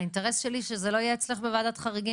האינטרס שלי שזה לא יהיה אצלך בוועדת חריגים.